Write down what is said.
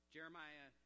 Jeremiah